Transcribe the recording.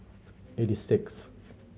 eighty sixth